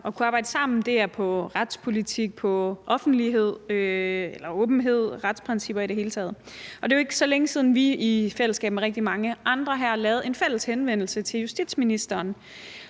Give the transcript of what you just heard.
at kunne arbejde sammen; det er inden for retspolitik, åbenhed i det offentlige, retsprincipper i det hele taget. Det er jo ikke så længe siden, vi i fællesskab med rigtig mange andre her lavede en fælles henvendelse til justitsministeren